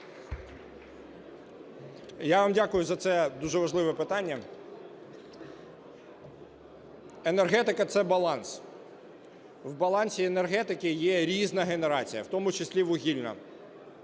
Я вам дякую за це дуже важливе питання. Енергетика – це баланс. В балансі енергетики є різна генерація, в тому числі вугільна.